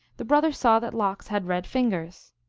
the brother saw that lox had red fingers.